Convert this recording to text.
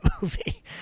movie